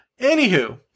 anywho